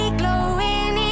glowing